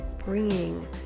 bringing